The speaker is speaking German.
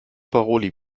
paroli